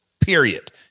Period